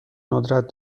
ندرت